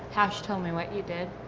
hash told me what you did.